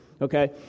Okay